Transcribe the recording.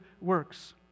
works